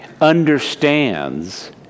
understands